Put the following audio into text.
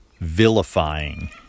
vilifying